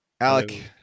alec